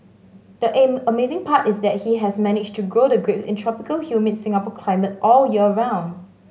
the aim amazing part is that he has managed to grow the grape in tropical humid Singapore climate all year round